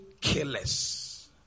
killers